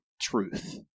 truth